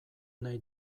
nahi